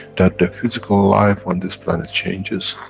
that the physical life on this planet changes,